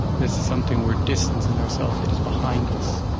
this is something we're distancing ourselves it is behind us?